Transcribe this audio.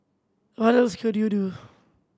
what else could you do